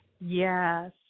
Yes